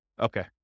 Okay